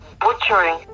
butchering